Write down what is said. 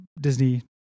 Disney